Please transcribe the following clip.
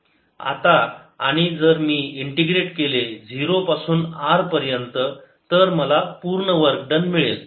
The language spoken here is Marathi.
आणि आता जर मि इंटिग्रेट केले 0 पासून R पर्यंत तर मला पूर्ण वर्क डन मिळेल